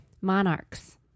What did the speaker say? Monarchs